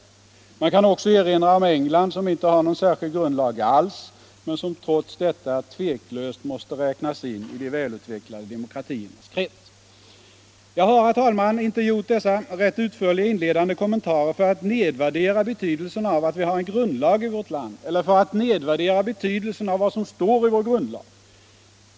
Man kan också erinra om England som inte har någon särskild grundlag alls, men som trots detta tveklöst måste räknas in i de välutvecklade demokratiernas krets. Jag har, herr talman, inte gjort dessa rätt utförliga inledande kommentarer för att nedvärdera betydelsen av att vi har en grundlag i vårt land eller för att nedvärdera betydelsen av vad som står i vår grundlag.